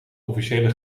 officiële